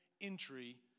entry